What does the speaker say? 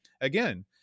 again